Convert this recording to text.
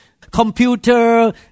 computer